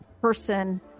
person